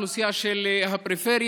אוכלוסייה של הפריפריה,